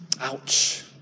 Ouch